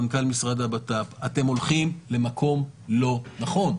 מנכ"ל משרד הבט"פ אתם הולכים למקום לא נכון.